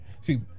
See